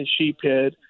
sheephead